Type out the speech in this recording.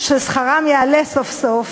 ששכרם יעלה סוף-סוף,